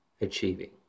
achieving